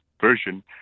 version